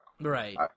right